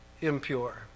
impure